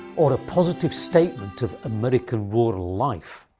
or a positive statement of american rural life?